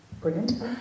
brilliant